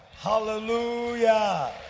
Hallelujah